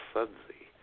Sudsy